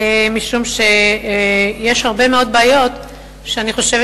משום שיש הרבה מאוד בעיות שאני חושבת